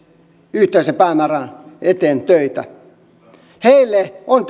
yhteisen päämäärän eteen töitä heille on